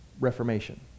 Reformation